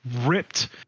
ripped